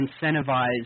incentivize